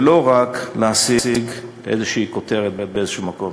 ולא רק כדי להשיג איזושהי כותרת באיזשהו מקום,